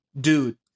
dude